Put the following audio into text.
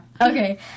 Okay